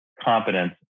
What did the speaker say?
competence